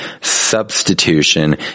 substitution